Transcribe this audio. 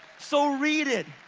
so read it,